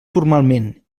formalment